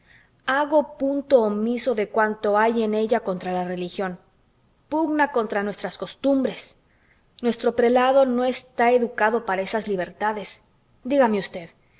hago punto omiso de cuanto hay en ella contra la religión pugna contra nuestras costumbres nuestro prelado no está educado para esas libertades dígame usted